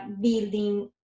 building